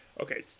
okay